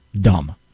dumb